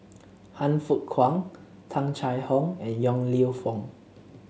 Han Fook Kwang Tung Chye Hong and Yong Lew Foong